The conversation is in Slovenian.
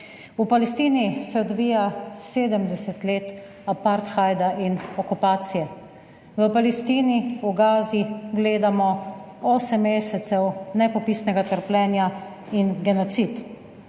V Palestini se odvija 70 let apartheida in okupacije. V Palestini, v Gazi gledamo osem mesecev nepopisnega trpljenja in genocid.